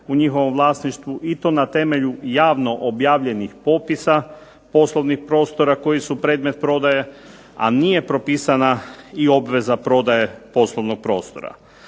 u njihovom vlasništvu i to na temelju javno objavljenih popisa poslovnih prostora koji su predmet prodaje, a nije propisana i obvezna prodaje poslovnog prostora.